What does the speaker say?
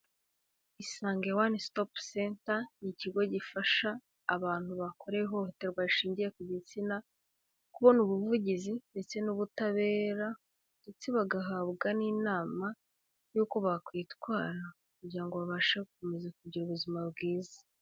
Isange One Stop Center, ni ikigo gifasha abantu bakorewe ihohoterwa rishingiye ku gitsina, kubona ubuvugizi ndetse n'ubutabera ndetse bagahabwa n'inama yuko bakwitwara kugira ngo babashe gukomeza kugira ubuzima bwiza.